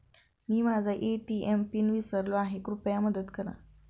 मी माझा ATM PIN विसरलो आहे, कृपया मदत करा